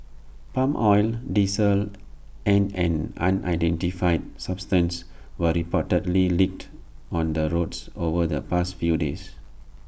palm oil diesel and an unidentified substance were reportedly leaked on the roads over the past few days